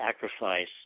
sacrifice